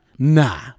Nah